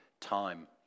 time